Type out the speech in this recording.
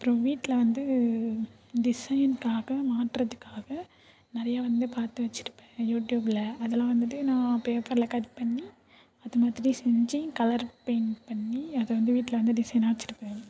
அப்புறோம் வீட்டில வந்து டிசைனுக்காக மாட்டுறதுக்காக நிறையா வந்து பார்த்து வச்சிருப்பேன் யூடியுப்ல அதெல்லாம் வந்துட்டு நான் பேப்பர்ல கட் பண்ணி அதுமாதிரி செஞ்சு கலர் பெயிண்ட் பண்ணி அதை வந்து வீட்டில வந்து டிசைன்னாக வச்சிருப்பேன்